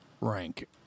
rank